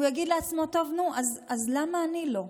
הוא יגיד לעצמו: טוב, נו, אז למה אני לא?